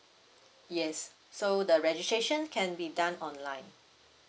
yes so the registration can be done online